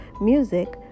music